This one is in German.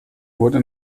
wurde